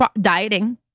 Dieting